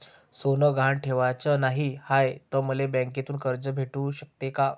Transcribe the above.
सोनं गहान ठेवाच नाही हाय, त मले बँकेतून कर्ज भेटू शकते का?